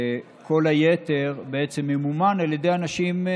וכל היתר בעצם ממומן על ידי האנשים.